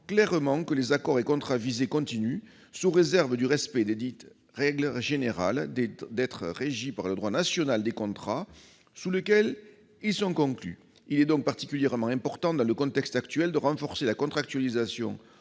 clairement que les accords et contrats visés continuent, sous réserve du respect desdites règles générales, d'être régis par le droit national des contrats sous lequel ils sont conclus ». Il est donc particulièrement important dans le contexte actuel de renforcer la contractualisation